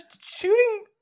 shooting